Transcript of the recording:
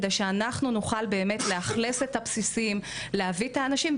כדי שבאמת נוכל לאכלס את הבסיסים ולהביא את האנשים.